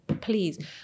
please